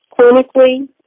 Clinically